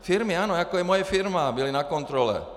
Firmy, ano, jako je moje firma, byly na kontrole.